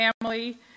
family